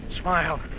Smile